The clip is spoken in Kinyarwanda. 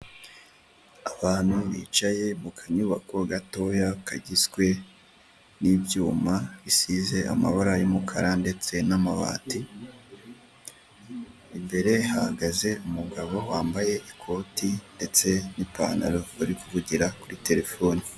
Abantu bicaye mu kanyubako gatoya kagizwe n'ibyuma bisize amabara y'umukara ndetse n'amabati. Imbere hahagaze umugabo wambaye ikote ndetse n'ipantaro bari kuvugira kuri telefone.